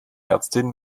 ärztin